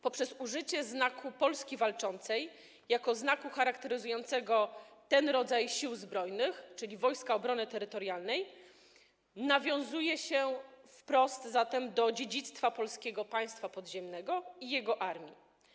Poprzez użycie Znaku Polski Walczącej jako znaku charakteryzującego ten rodzaj Sił Zbrojnych, czyli Wojska Obrony Terytorialnej, nawiązuje się zatem wprost do dziedzictwa Polskiego Państwa Podziemnego i jego armii.